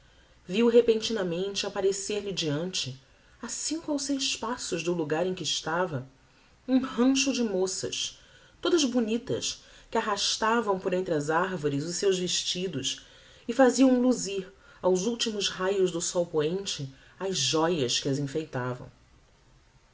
viu repentinamente apparecer lhe deante a cinco ou seis passos do lugar em que estava um rancho de moças todas bonitas que arrastavam por entre as arvores os seus vestidos e faziam luzir aos ultimos raios do sol poente as joias que as enfeitavam